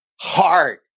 Hard